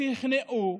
בכל העולם ושכנעו,